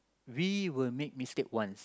we will make mistake once